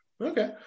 okay